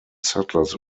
settlers